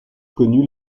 connues